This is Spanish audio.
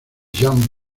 jan